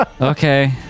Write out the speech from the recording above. Okay